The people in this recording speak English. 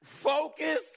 Focus